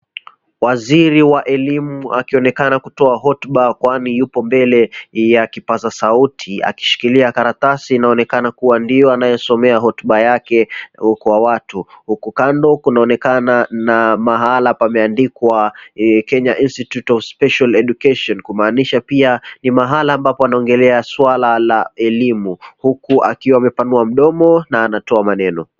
Waziri wa elimu akionekana kutoa hotuba kwani yupo mbele ya kipaza sauti akishikilia karatasi inaoonekana kuwa ndio anayosomea hotuba yake kwa watu. Huku kando kunaonekana na mahala pameandikwa KENYA INSTITUTE OF SPECIAL EDUCATION kumaanisha pia ni mahala ambapo anaongelea swala la elimu huku akiwa amepanua mdomo na anatoa maneno.